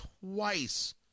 twice